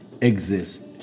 exist